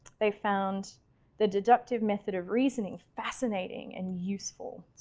they found the deductive method of reasoning fascinating and useful.